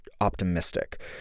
optimistic